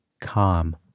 calm